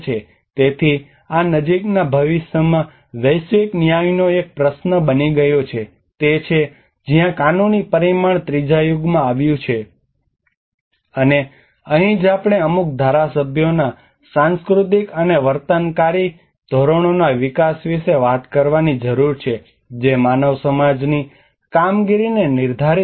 તેથી આ નજીકના ભવિષ્યમાં વૈશ્વિક ન્યાયનો એક પ્રશ્ન બની ગયો છે તે છે જ્યાં કાનૂની પરિમાણ ત્રીજા યુગમાં આવ્યું હતું જે છે અને અહીં જ આપણે અમુક ધારાસભ્યોના સાંસ્કૃતિક અને વર્તનકારી ધોરણોના વિકાસ વિશે વાત કરવાની જરૂર છે જે માનવ સમાજની કામગીરીને નિર્ધારિત કરે છે